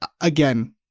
again